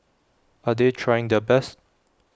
are they trying their best